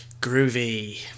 Groovy